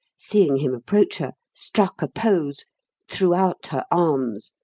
seeing him approach her, struck a pose, threw out her arms,